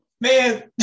Man